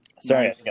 Sorry